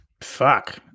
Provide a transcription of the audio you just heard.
Fuck